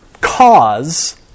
cause